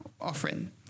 offering